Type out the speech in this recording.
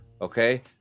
okay